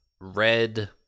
red